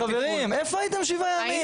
איפה הייתם שבעה ימים,